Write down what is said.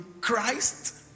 Christ